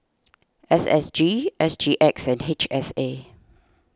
S S G S G X and H S A